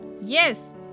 Yes